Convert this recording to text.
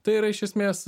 tai yra iš esmės